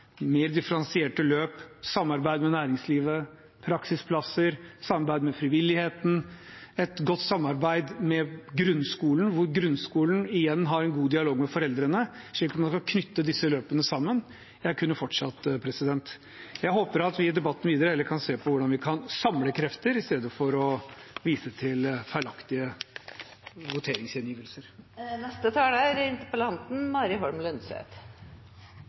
mer differensierte løp, samarbeid med næringslivet, praksisplasser, samarbeid med frivilligheten, et godt samarbeid med grunnskolen, hvor grunnskolen igjen har en god dialog med foreldrene, slik at man kan knytte disse løpene sammen – og jeg kunne ha fortsatt. Jeg håper at vi i debatten videre heller kan se på hvordan vi kan samle krefter, istedenfor å vise til feilaktige voteringsgjengivelser.